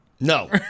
No